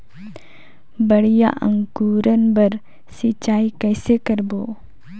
बढ़िया अंकुरण बर सिंचाई कइसे करबो?